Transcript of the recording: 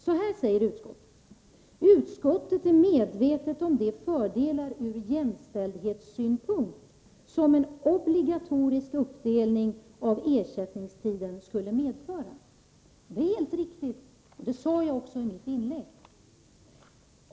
Så här säger utskottet: ”Utskottet är medvetet om de fördelar ur jämställdhetssynpunkt som en obligatorisk uppdelning av ersättningstiden skulle medföra.” Detta är helt riktigt, och det sade jag också i mitt inlägg.